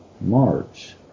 March